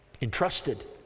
Entrusted